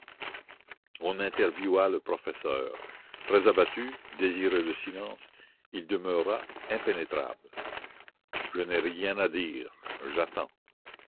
on interviewa le professeur très abattu désireux de silence il demeura impénétrable je n'ai rien à dire